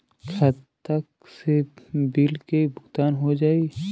खाता से बिल के भुगतान हो जाई?